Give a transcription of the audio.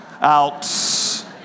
out